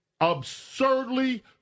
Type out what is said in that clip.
absurdly